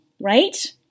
Right